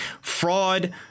Fraud